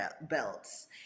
belts